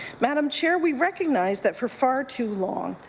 madam chair, we recognize that for far too long,